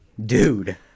dude